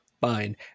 Fine